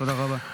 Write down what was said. תודה רבה.